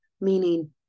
meaning